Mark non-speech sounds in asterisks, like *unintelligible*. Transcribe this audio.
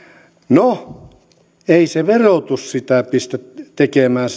no ei se verotus sitä puukauppaa pistä tekemään *unintelligible*